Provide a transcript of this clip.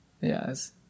Yes